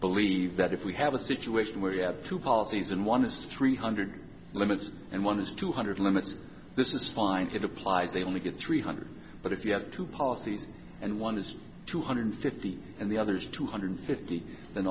believe that if we have a situation where you have two policies and one is three hundred limits and one is two hundred limits this is find it applies they only get three hundred but if you have two policies and one is two hundred fifty and the other is two hundred fifty